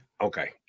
Okay